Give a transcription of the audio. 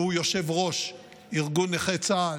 שהוא יושב-ראש ארגון נכי צה"ל,